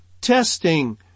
testing